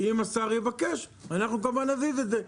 אם השר יבקש אנחנו כמובן נזיז את זה.